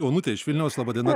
onutė iš vilniaus laba diena